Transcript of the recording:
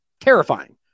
Terrifying